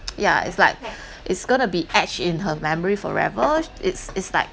yeah it's like it's going to be etched in her memory forever it's it's like